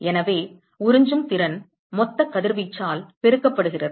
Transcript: எனவே உறிஞ்சும் திறன் மொத்த கதிர்வீச்சால் பெருக்கப்படுகிறது